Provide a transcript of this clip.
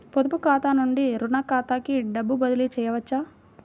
పొదుపు ఖాతా నుండీ, రుణ ఖాతాకి డబ్బు బదిలీ చేయవచ్చా?